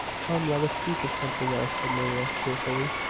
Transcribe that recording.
come, let speak of something else, said maria, cheerfully.